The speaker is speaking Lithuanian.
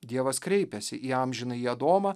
dievas kreipiasi į amžinąjį adomą